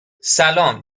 سلام